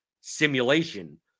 simulation